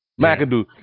McAdoo